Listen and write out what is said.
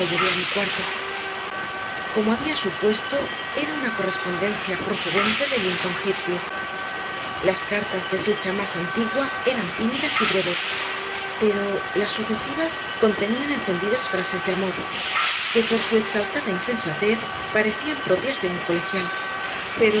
llevé a mi cuarto como había supuesto era una correspondencia procedente de linton heathcliff las cartas de fecha más antigua eran tímidas y breves pero las sucesivas contenían encendidas frases de amor que por su exaltada insensatez parecían propias de un colegial